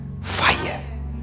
fire